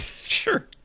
sure